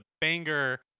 banger